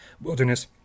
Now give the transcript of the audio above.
wilderness